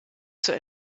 zur